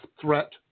threat